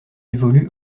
évolue